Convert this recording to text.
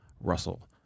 Russell